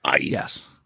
Yes